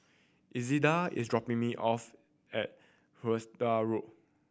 Elzada is dropping me off at Hythe Road